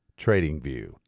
TradingView